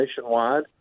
nationwide